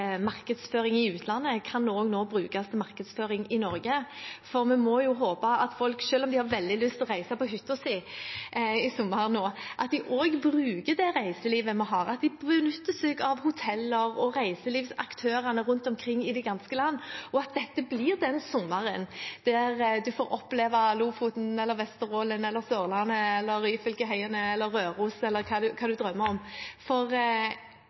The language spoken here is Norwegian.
markedsføring i utlandet, nå kan brukes til markedsføring i Norge. Vi får håpe at folk, selv om de har veldig lyst til å reise på hytta si i sommer, også bruker det reiselivet vi har, at de benytter seg av hoteller og reiselivsaktørene rundt omkring i det ganske land, og at dette blir den sommeren man får oppleve Lofoten, Vesterålen, Sørlandet, Ryfylkeøyene, Røros eller hva man måtte drømme om.